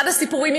אחד הסיפורים,